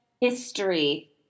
history